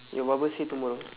your barber say tomorrow